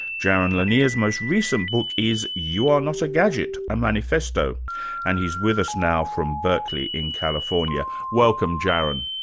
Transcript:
jaron lanier's most recent book is you are not a gadget a manifesto and he's with us now from berkeley in california. welcome, jaron.